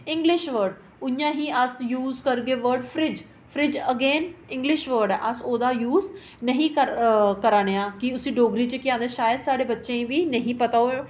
English word इ'यां ही अस यूज करगे bird fridge fridge again English word ऐ अस ओह्दा यूज नहीं करा ने आं कि उसी डोगरी केह् आखदे शायद साढ़े बच्चें गी बी नहीं पता होऐ